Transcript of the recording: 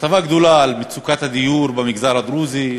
כתבה גדולה על מצוקת הדיור במגזר הדרוזי,